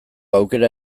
aukera